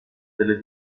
delle